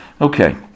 Okay